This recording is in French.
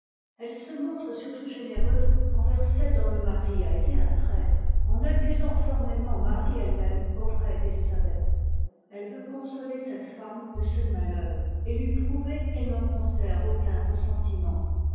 elle se montre surtout généreuse envers cette dont le mari a été un traître en accusant formellement marie elle-même auprès d'élisabeth elle veut consoler cette femme de ce malheur et lui prouver qu'elle n'en conserve aucun ressentiment